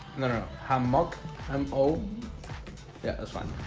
i don't know how muc i'm oh yeah, this one.